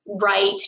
right